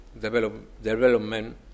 development